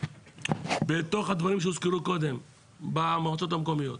בתוך הדברים שהוזכרו קודם במועצות המקומיות,